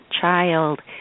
child